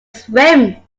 swim